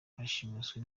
bashimuswe